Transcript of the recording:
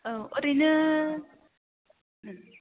औ ओरैनो